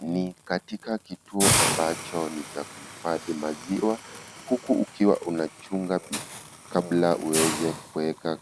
Ni katika kituo ambacho ni cha kuhifadhi maziwa huku ukiwa unachunga kabla uweze kuweka